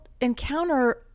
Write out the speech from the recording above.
encounter